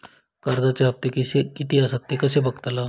कर्जच्या हप्ते किती आसत ते कसे बगतलव?